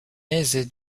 aisée